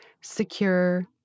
Secure